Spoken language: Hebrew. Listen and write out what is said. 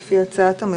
שהתפטר,